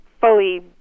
fully